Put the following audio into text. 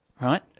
right